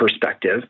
perspective